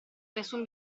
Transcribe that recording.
nessun